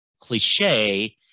cliche